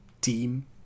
team